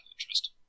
interest